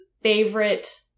favorite